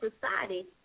society